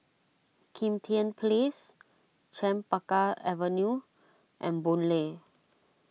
Kim Tian Place Chempaka Avenue and Boon Lay